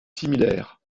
similaires